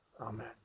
Amen